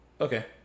Okay